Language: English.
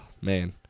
man